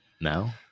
now